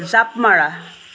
জাঁপ মৰা